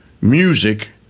music